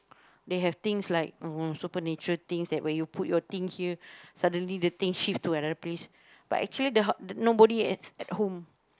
they have things like uh supernatural things when you put your thing here suddenly the thing shift to another place but actually the house nobody at at home